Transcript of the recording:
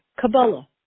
Kabbalah